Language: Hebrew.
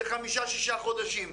זה חמישה-שישה חודשים.